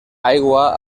aigua